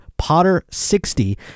potter60